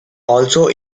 also